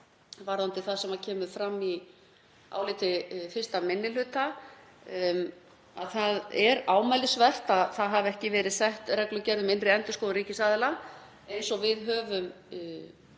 varðandi það sem kemur fram í áliti 1. minni hluta að það er ámælisvert að það hafi ekki verið sett reglugerð um innri endurskoðun ríkisaðila eins og við höfum